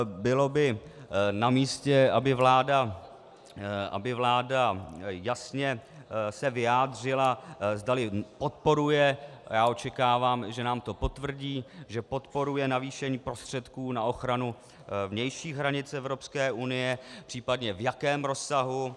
Bylo by namístě, aby vláda jasně se vyjádřila, zdali podporuje já očekávám, že nám to potvrdí, že podporuje navýšení prostředků na ochranu vnějších hranic Evropské unie, případně v jakém rozsahu.